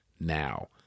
now